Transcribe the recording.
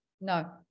No